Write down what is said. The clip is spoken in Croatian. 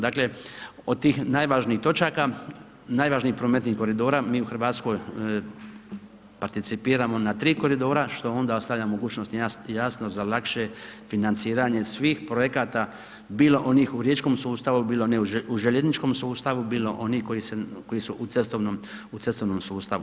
Dakle, od tih najvažnijih točaka, najvažnijih prometnih koridora, mi u RH participiramo na 3 koridora, što onda ostavlja mogućnost i na jasno, za lakše financiranje svih projekata bilo onih u riječkom sustavu, bilo ne u željezničkom sustavu, bilo onih koji su u cestovnom sustavu.